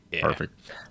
Perfect